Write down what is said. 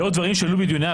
אנחנו לא רואים את זה